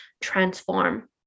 transform